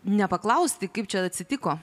nepaklausti kaip čia atsitiko